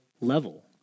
level